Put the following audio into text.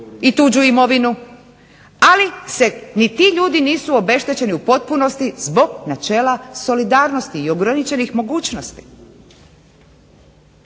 i tuđu imovinu. Ali se ni ti ljudi nisu obeštećeni u potpunosti zbog načela solidarnosti i ograničenih mogućnosti.